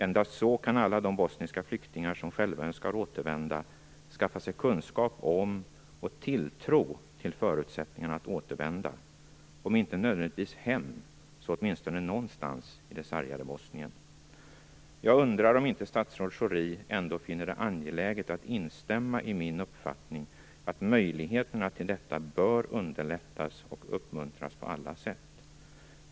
Endast så kan alla de bosniska flyktingar som själva önskar återvända skaffa sig kunskap om och tilltro till förutsättningarna att återvända, om inte nödvändigtvis hem så åtminstone till någon del av det sargade Bosnien. Jag undrar om inte statsrådet Schori ändå finner det angeläget att instämma i min uppfattning att möjligheterna till detta bör underlättas och uppmuntras på alla sätt.